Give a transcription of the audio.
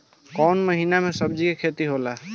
कोउन महीना में सब्जि के खेती होला?